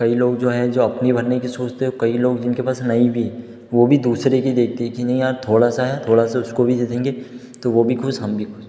कई लोग जो है जो अपनी भरने कि सोचते हैं वो कई लोग जिनके पास नहीं भी वो भी दूसरे के देखते कि नहीं यार थोड़ा सा है थोड़ा सा उसको भी दे देंगे तो वो भी खुश हम भी खुश